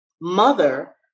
mother